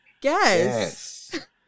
guess